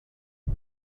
ich